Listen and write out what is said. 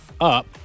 up